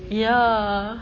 ya